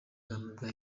bwa